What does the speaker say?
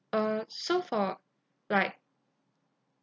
uh so for like